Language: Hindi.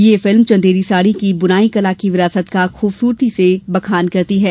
ये फिल्म चंदेरी साड़ी की बुनाई कला की विरासत का खूबसुरती से बखान करती है